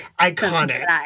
Iconic